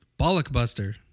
Bollockbuster